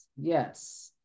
Yes